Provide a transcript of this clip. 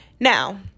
Now